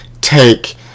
take